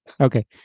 Okay